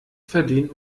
verdient